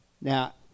now